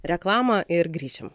reklamą ir grįšim